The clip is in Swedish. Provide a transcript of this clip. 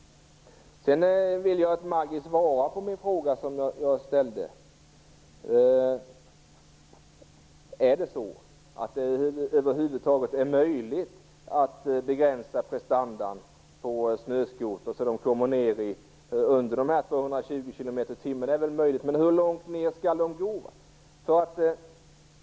Jag vill att Maggi Mikaelsson skall svara på den fråga som jag ställde. Är det så att det över huvud taget är möjligt att begränsa prestandan på snöskotrarna till under 220 kilometer i timmen? Men hur långt skall man gå?